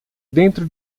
dentro